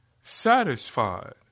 satisfied